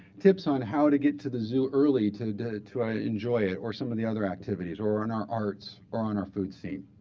tips on how to get to the zoo early to to enjoy it, or some of the other activities, or on our arts, or on our food scene.